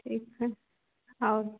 ठीक हइ आओर